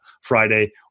Friday